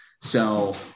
So-